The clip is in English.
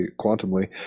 quantumly